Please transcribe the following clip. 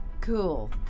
cool